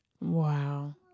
Wow